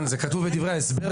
כתבנו את זה במפורש בדברי ההסבר.